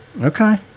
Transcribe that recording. Okay